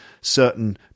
certain